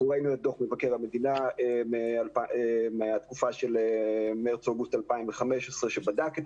ראינו את דוח מבקר המדינה ממרץ אוגוסט 2015 שבדק את